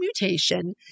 mutation